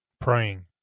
praying